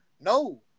No